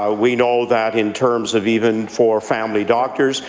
ah we know that in terms of even for family doctors,